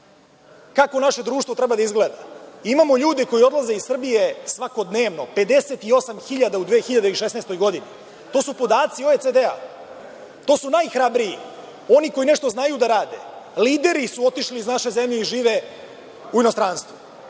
kako naše društvo treba da izgleda? Imamo ljude koji odlaze iz Srbije svakodnevno, 58 hiljada u 2016. godini, to su podaci OECD-a. To su najhrabriji, oni koji znaju da rade, lideri su otišli iz naše zemlje i žive u inostranstvu,